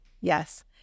Yes